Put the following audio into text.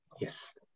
Yes